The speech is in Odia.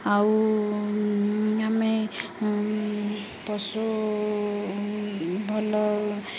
ଆଉ ଆମେ ପଶୁ ଭଲ